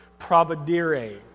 providere